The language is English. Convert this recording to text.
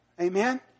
Amen